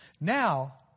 Now